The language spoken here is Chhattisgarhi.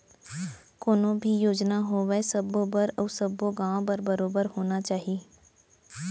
कोनो भी योजना होवय सबो बर अउ सब्बो गॉंव बर बरोबर होना चाही